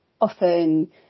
often